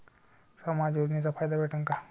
समाज योजनेचा फायदा भेटन का?